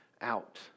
out